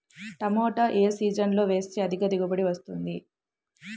టమాటా ఏ సీజన్లో వేస్తే అధిక దిగుబడి వస్తుంది?